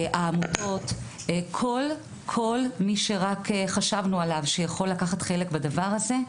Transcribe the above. העמותות וכל מי שרק חשבנו עליו שיכול לקחת חלק בדבר הזה,